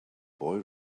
boy